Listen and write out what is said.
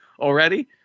already